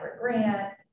grant